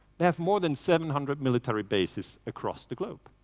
they have more then seven hundred military bases across the globe.